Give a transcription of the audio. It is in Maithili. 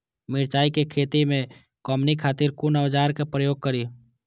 मिरचाई के खेती में कमनी खातिर कुन औजार के प्रयोग करी?